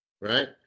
right